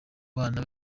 bana